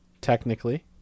Technically